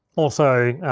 also,